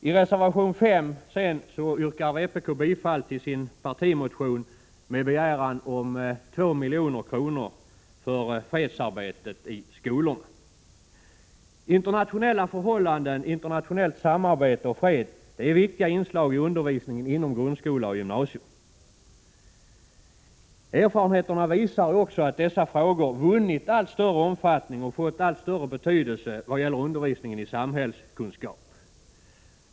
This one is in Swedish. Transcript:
I reservation 5 yrkar vpk bifall till sin partimotion med begäran om 2 milj.kr. för fredsarbetet i skolorna. Internationella förhållanden, internationellt samarbete och fred är förvisso viktiga inslag i undervisningen inom grundskola och gymnasium. Erfarenheterna visar också att dessa frågor vunnit allt större omfattning i och fått allt större betydelse för undervisningen i samhällskunskap.